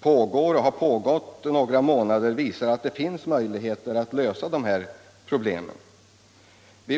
pågår och har pågått några månader visar att det finns möjligheter att lösa de här problemen.